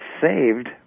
saved